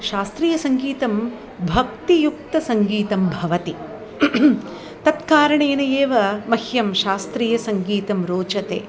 शास्त्रीयसङ्गीतं भक्तियुक्तसङ्गीतं भवति तत्कारणेन एव मह्यं शास्त्रीयसङ्गीतं रोचते